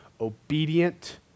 obedient